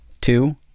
two